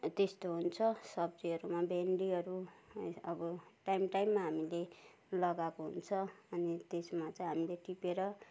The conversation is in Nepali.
त्यस्तो हुन्छ सब्जीहरूमा भिन्डीहरू अब टाइम टाइममा हामीले लगाएको हुन्छ अनि त्यसमा चाहिँ हामीले टिपेर